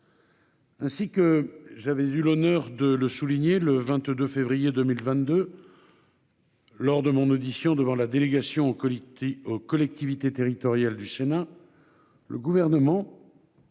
Ainsi que j'avais eu l'honneur de le souligner le 22 février 2022 lors de mon audition devant la délégation aux collectivités territoriales du Sénat, le Gouvernement